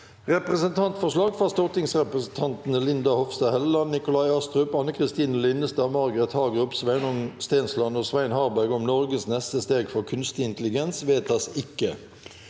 Representantforslag fra stortingsrepresentantene Linda Hofstad Helleland, Nikolai Astrup, Anne Kristine Linnestad, Margret Hagerup, Sveinung Stensland og Svein Harberg om Norges neste steg for kunstig intelligens – vedtas ikke.